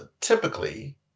Typically